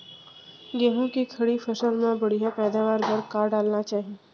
गेहूँ के खड़ी फसल मा बढ़िया पैदावार बर का डालना चाही?